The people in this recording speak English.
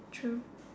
true